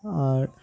আর